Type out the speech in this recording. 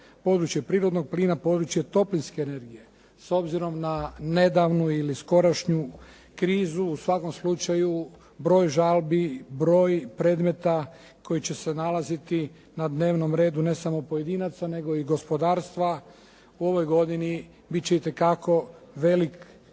područje prirodnog plina, područje toplinske energije. S obzirom na nedavnu ili skorašnju krizu, u svakom slučaju broj žalbi, broj predmeta koji će se nalaziti na dnevnom redu ne samo pojedinaca nego i gospodarstva u ovoj godini bit će itekako velik